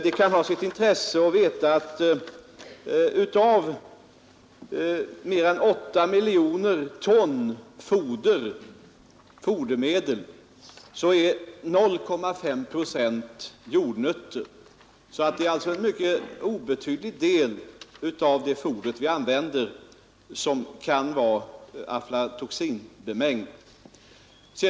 Det kan ha sitt intresse att veta att av mer än 8 miljoner ton fodermedel är 0,5 procent jordnötter. Det är alltså en mycket obetydlig del av det foder vi använder som kan vara aflatoxinbemängt.